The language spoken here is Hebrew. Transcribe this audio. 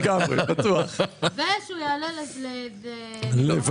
כשהיינו בדרכנו ללחימה